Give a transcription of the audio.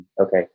Okay